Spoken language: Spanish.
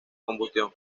combustión